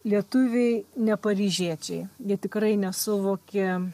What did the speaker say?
lietuviai ne paryžiečiai jie tikrai nesuvokė